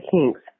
kinks